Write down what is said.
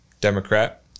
Democrat